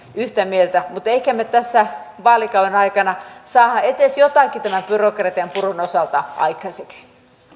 yhtä mieltä mutta ehkä me tässä vaalikauden aikana saamme edes jotakin tämän byrokratian purun osalta aikaiseksi